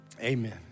amen